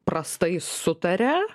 prastai sutaria